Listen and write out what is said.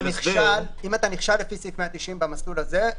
אם אתה נכשל לפי סעיף 190 במסלול הזה,